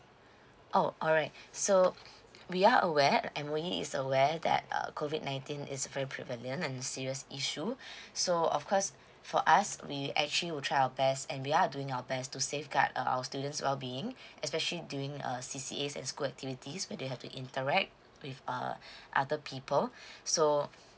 oh alright so we are aware and we is aware that uh COVID nineteen is very prevalent and serious issue so of course for us we actually will try our best and we are doing your best to safeguard uh our students wellbeing especially during uh C C As and school activities where they have to interact with err other people so